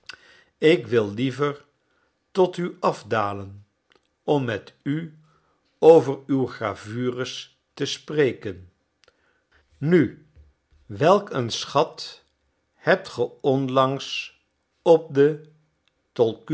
ik wil liever tot u afdalen om met u over uw gravures te spreken nu welk een schat hebt ge onlangs op de